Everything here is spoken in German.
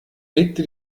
legte